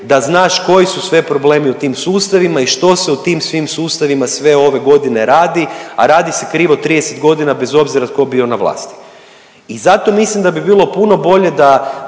da znaš koji su sve problemi u tim sustavima i što se u tim svim sustavima sve ove godine radi, a radi se krivo 30 godina bez obzira tko bio na vlasti. I zato mislim da bi bilo puno bolje da